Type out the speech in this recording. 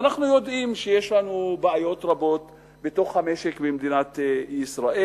אנחנו יודעים שיש לנו בעיות רבות במשק במדינת ישראל,